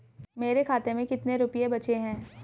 मेरे खाते में कितने रुपये बचे हैं?